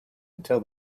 until